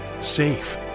safe